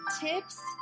tips